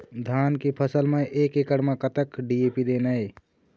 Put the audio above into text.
धान के फसल म एक एकड़ म कतक डी.ए.पी देना ये?